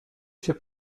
się